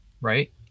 right